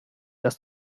dass